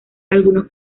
algunos